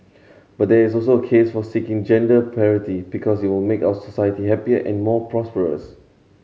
but there is also a case for seeking gender parity because it will make our society happier and more prosperous